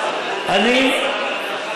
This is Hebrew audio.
מאיר,